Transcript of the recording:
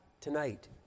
tonight